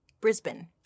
Brisbane